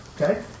Okay